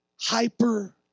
hyper